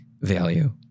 value